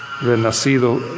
renacido